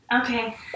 Okay